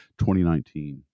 2019